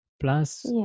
Plus